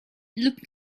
looked